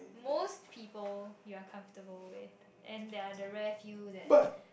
most people you're comfortable with and there're the rest feel that